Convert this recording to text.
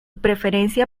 preferencia